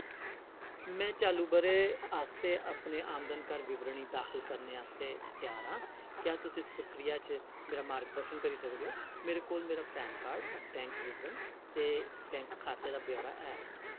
में चालू ब'रे आस्तै अपनी आमदन कर विवरणी दाखल करने आस्तै त्यार आं क्या तुस इस प्रक्रिया च मेरा मार्गदर्शन करी सकदे ओ मेरे कोल मेरा पैन कार्ड बैंक विवरण ते बैंक खाते दा ब्यौरा ऐ